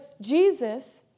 Jesus